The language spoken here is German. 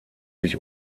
sich